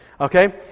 Okay